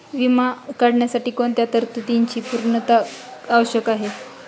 विमा काढण्यासाठी कोणत्या तरतूदींची पूर्णता आवश्यक आहे?